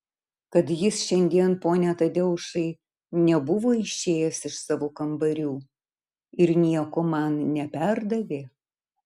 kad jis šiandien pone tadeušai nebuvo išėjęs iš savo kambarių ir nieko man neperdavė